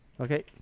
Okay